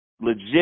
legit